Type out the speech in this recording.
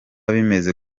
bimeze